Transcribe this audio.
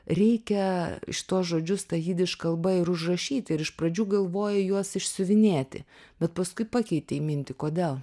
reikia šituos žodžius ta jidiš kalba ir užrašyti ir iš pradžių galvojai juos išsiuvinėti bet paskui pakeitei mintį kodėl